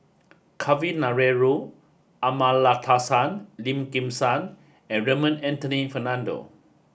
Kavignareru Amallathasan Lim Kim San and Raymond Anthony Fernando